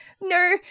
No